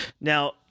Now